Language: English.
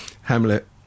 Hamlet